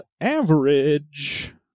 average